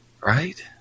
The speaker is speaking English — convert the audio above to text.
right